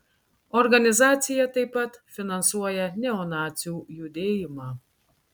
organizacija taip pat finansuoja neonacių judėjimą